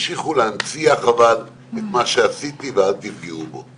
תמשיכו להנציח את מה שעשיתי ואל תפגעו בו.